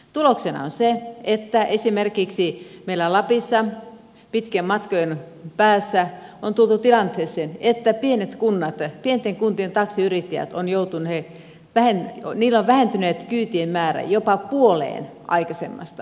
tuloksena on se että esimerkiksi meillä lapissa pitkien matkojen päässä on tultu tilanteeseen että pienten kuntien taksiyrittäjillä ovat kyytien määrät vähentyneet jopa puoleen aikaisemmasta